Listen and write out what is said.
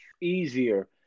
easier